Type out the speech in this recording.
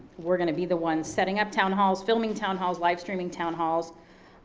we're gonna be the ones setting up town halls, filming town halls, livestreaming town halls.